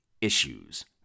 issues